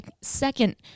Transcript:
second